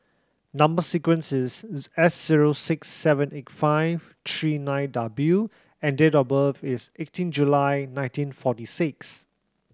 number sequence is S zero six seven eight five three nine W and date of birth is eighteen July nineteen forty six